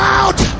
out